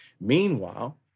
Meanwhile